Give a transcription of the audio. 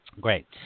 Great